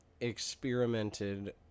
experimented